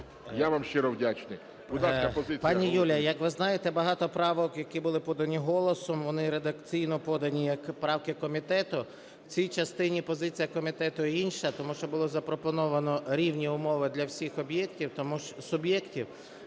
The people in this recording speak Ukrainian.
Я вам щиро вдячний.